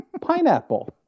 Pineapple